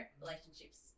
relationships